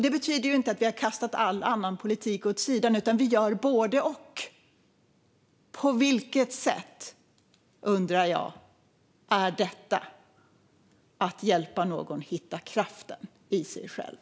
Det betyder inte att vi har kastat all annan politik åt sidan, utan vi gör både och. På vilket sätt, undrar jag, är detta att hjälpa någon att hitta kraften i sig själv?